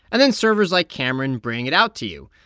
and then servers like cameron bring it out to you.